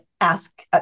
ask